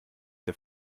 der